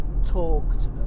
Talked